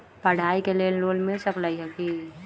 पढाई के लेल लोन मिल सकलई ह की?